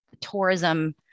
tourism